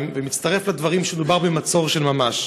ומצטרף לדברים שמדובר במצור של ממש.